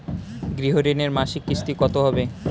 গৃহ ঋণের মাসিক কিস্তি কত হবে?